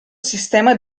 sistema